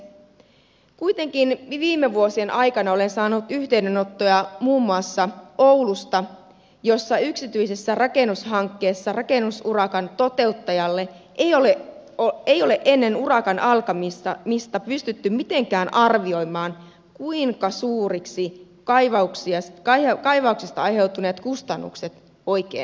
kuitenkin viime vuosien aikana olen saanut yhteydenottoja muun muassa oulusta jossa yksityisessä rakennushankkeessa rakennusurakan toteuttajalle ei ole ennen urakan alkamista pystytty mitenkään arvioimaan kuinka suuriksi kaivauksista aiheutuneet kustannukset oikein nousevat